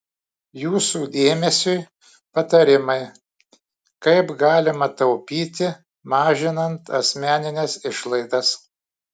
jūsų dėmesiui patarimai kaip galima taupyti mažinant asmenines išlaidas